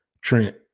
Trent